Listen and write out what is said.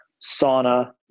sauna